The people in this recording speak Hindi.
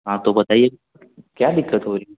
हाँ तो बताइए क्या दिक्कत हो रही है